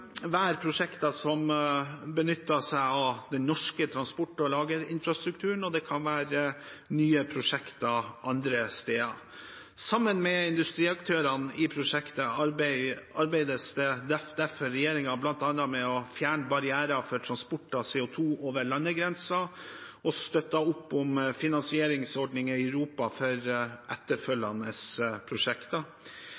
prosjekter som benytter seg av den norske transport- og lagerinfrastrukturen, og det kan være nye prosjekter andre steder. Sammen med industriaktørene i prosjektet arbeider derfor regjeringen med bl.a. å fjerne barrierer for transport av CO 2 over landegrenser og støtter opp om finansieringsordninger i Europa for